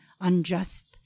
unjust